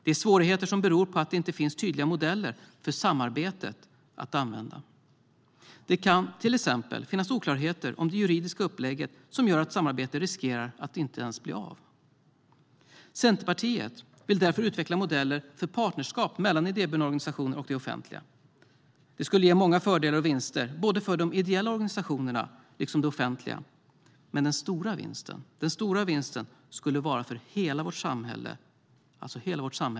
Det är svårigheter som beror på att det inte finns tydliga modeller för samarbetet att använda. Det kan till exempel finnas oklarheter om det juridiska upplägget som gör att samarbetet riskerar att inte bli av. Centerpartiet vill därför utveckla modeller för partnerskap mellan idéburna organisationer och det offentliga. Det skulle ge många fördelar och vinster för både de ideella organisationerna och det offentliga. Men den stora vinsten skulle vara för hela vårt samhälle.